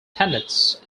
tenants